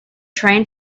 trying